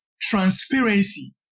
transparency